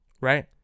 Right